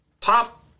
top